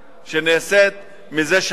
שנעשית זה שנים.